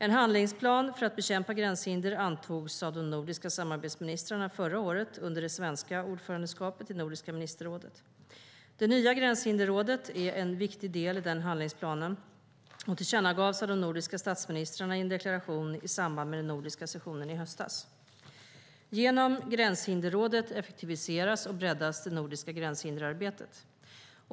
En handlingsplan för att bekämpa gränshinder antogs av de nordiska samarbetsministrarna förra året, under det svenska ordförandeskapet i Nordiska ministerrådet. Det nya Gränshinderrådet är en viktig del i den handlingsplanen, och tillkännagavs av de nordiska statsministrarna i en deklaration i samband med Nordiska sessionen i höstas. Genom Gränshinderrådet effektiviseras och breddas det nordiska gränshinderarbetet.